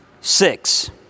six